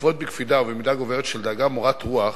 עוקבות בקפידה, ובמידה גוברת של דאגה ומורת רוח,